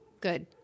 good